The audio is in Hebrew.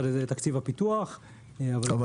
תקציב הפיתוח, כמו שקראת לזה.